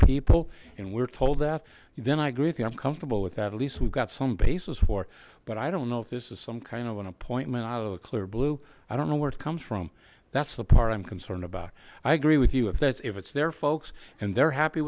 people and we're told that then i agree with you i'm comfortable with that at least we've got some basis for it but i don't know if this is some kind of an appointment out of the clear blue i don't know where it comes from that's the part i'm concerned about i agree with you if that's if it's there folks and they're happy